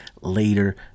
later